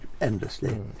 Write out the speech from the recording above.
endlessly